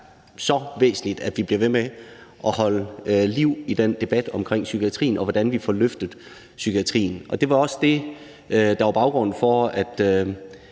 så væsentligt, at vi bliver ved med at holde liv i den debat omkring psykiatrien, og hvordan vi får løftet psykiatrien. Det var også det, der var baggrunden for, at